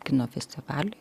kino festivaly